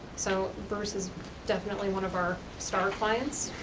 so bruce is definitely one of our star clients.